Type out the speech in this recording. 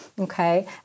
Okay